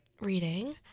reading